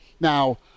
Now